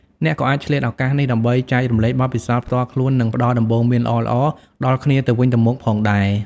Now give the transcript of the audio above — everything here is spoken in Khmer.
អ្នកក៏អាចឆ្លៀតឱកាសនេះដើម្បីចែករំលែកបទពិសោធន៍ផ្ទាល់ខ្លួននិងផ្តល់ដំបូន្មានល្អៗដល់គ្នាទៅវិញទៅមកផងដែរ។